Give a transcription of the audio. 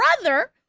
brother